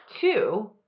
two